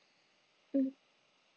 mm